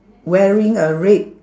wearing a red